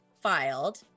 filed